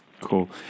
Cool